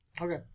Okay